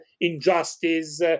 injustice